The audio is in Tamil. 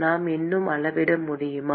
நாம் இன்னும் அளவிட முடியுமா